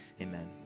Amen